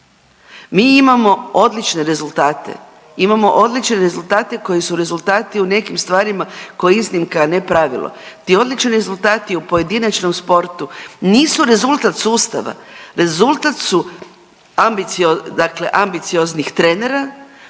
mi imamo odlične rezultate, imamo odlične rezultate koji su rezultati u nekim stvarima koji je iznimka, ne pravilo. Ti odlični rezultati u pojedinačnom sportu nisu rezultat sustava. Rezultat su ambicioznih trenera,